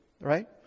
right